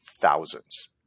thousands